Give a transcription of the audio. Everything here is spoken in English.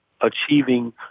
achieving